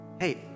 Hey